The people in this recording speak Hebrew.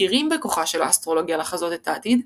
המכירים בכוחה של האסטרולוגים לחזות את העתיד,